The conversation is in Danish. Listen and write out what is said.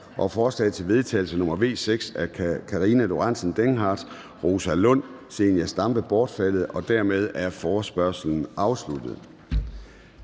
og forslag til vedtagelse nr. V 6 af Karina Lorentzen Dehnhardt (SF), Rosa Lund (EL) og Zenia Stampe (RV) bortfaldet. Dermed er forespørgslen afsluttet.